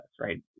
right